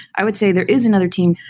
i would say there is another team